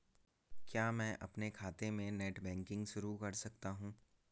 क्या मैं अपने खाते में नेट बैंकिंग शुरू कर सकता हूँ?